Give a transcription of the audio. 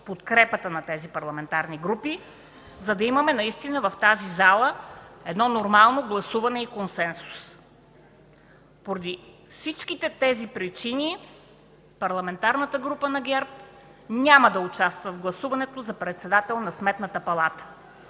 подкрепата на тези парламентарни групи, за да имаме наистина в тази зала едно нормално гласуване и консенсус. Поради всичките тези причини Парламентарната група на ГЕРБ няма да участва в гласуването за председател на Сметната палата.